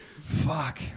Fuck